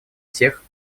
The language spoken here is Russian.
всех